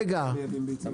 אני כבר שנתיים בלי פרנסה.